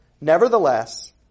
Nevertheless